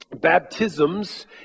baptisms